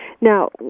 Now